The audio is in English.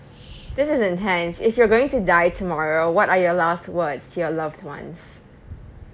this is intense if you're going to die tomorrow what are your last words to your loved ones